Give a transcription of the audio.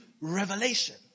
revelation